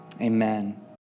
amen